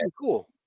cool